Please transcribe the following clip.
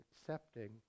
accepting